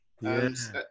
Yes